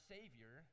Savior